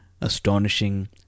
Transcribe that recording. astonishing